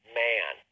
man